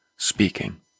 Speaking